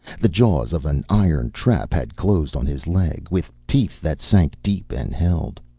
the jaws of an iron trap had closed on his leg, with teeth that sank deep and held.